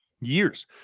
years